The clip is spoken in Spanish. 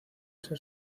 ser